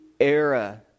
era